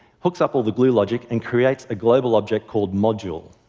hooks up all the glue logic, and creates a global object called module.